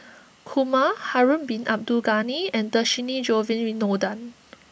Kumar Harun Bin Abdul Ghani and Dhershini Govin Winodan